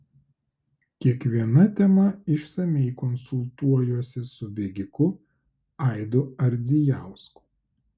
kiekviena tema išsamiai konsultuojuosi su bėgiku aidu ardzijausku